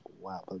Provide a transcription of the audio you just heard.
Wow